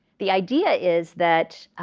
the idea is that